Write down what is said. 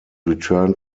returned